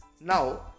now